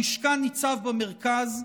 המשכן ניצב במרכז,